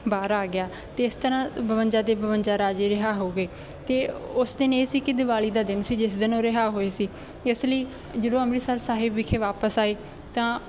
ਬਾਹਰ ਆ ਗਿਆ ਅਤੇ ਇਸ ਤਰ੍ਹਾਂ ਬਵੰਜਾ ਦੇ ਬਵੰਜਾ ਰਾਜੇ ਰਿਹਾਅ ਹੋ ਗਏ ਅਤੇ ਉਸ ਦਿਨ ਇਹ ਸੀ ਕਿ ਦੀਵਾਲੀ ਦਾ ਦਿਨ ਸੀ ਜਿਸ ਦਿਨ ਉਹ ਰਿਹਾਅ ਹੋਏ ਸੀ ਇਸ ਲਈ ਜਦੋਂ ਅੰਮ੍ਰਿਤਸਰ ਸਾਹਿਬ ਵਿਖੇ ਵਾਪਿਸ ਆਏ ਤਾਂ